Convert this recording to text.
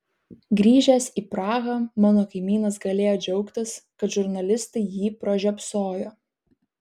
grįžęs į prahą mano kaimynas galėjo džiaugtis kad žurnalistai jį pražiopsojo